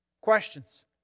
Questions